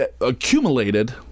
accumulated